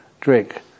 drink